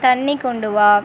தண்ணி கொண்டு வா